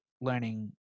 learning